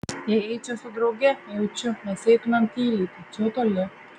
jei eičiau su drauge jaučiu mes eitumėm tyliai tačiau toli